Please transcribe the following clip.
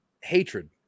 hatred